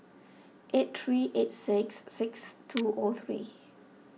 eight three eight six six two O three